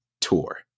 tour